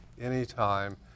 anytime